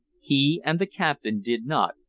he and the captain did not,